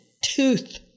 tooth